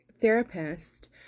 therapist